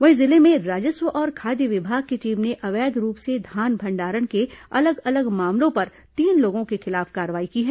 वहीं जिले में राजस्व और खाद्य विभाग की टीम ने अवैध रूप से धान भंडारण के अलग अलग मामलों पर तीन लोगों के खिलाफ कार्रवाई की है